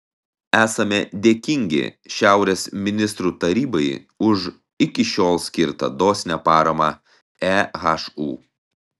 esame dėkingi šiaurės ministrų tarybai už iki šiol skirtą dosnią paramą ehu